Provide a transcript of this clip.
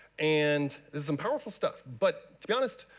and it's some powerful stuff. but to be honest,